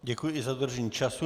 Děkuji i za dodržení času.